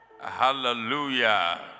Hallelujah